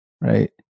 right